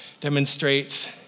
demonstrates